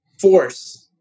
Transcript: force